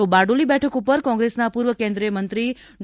તો બારડોલી બેઠક ઉપર કોંગ્રેસના પૂર્વ કેન્દ્રિયમંત્રી ડો